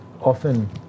Often